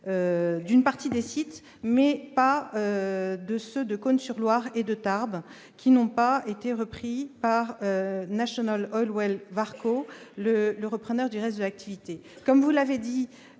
d'une partie des sites, mais pas de ceux de Cosne-sur-Loire et Tarbes, qui n'ont pas été repris par National Oilwell Varco, le repreneur du reste de l'activité. Comme vous l'avez dit,